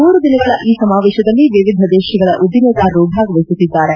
ಮೂರು ದಿನಗಳ ಈ ಸಮಾವೇಶದಲ್ಲಿ ವಿವಿಧ ದೇಶಗಳ ಉದ್ದಿಮೆದಾರರು ಭಾಗವಹಿಸುತ್ತಿದ್ದಾರೆ